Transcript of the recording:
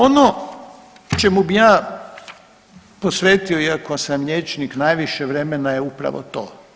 Ono čemu bi ja posvetio iako sam liječnik najviše vremena je upravo to.